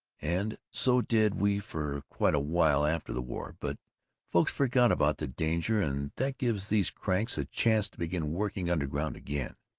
and so did we for quite a while after the war, but folks forget about the danger and that gives these cranks a chance to begin working underground again,